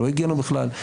לא הגיע אלינו בכלל,